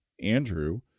Andrew